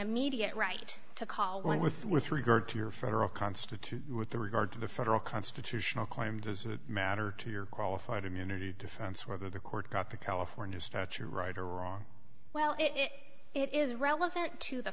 immediate right to call one with regard to your federal constitution with regard to the federal constitutional claim does it matter to your qualified immunity defense whether the court got the california statute right or wrong well if it is relevant to the